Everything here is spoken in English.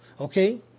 okay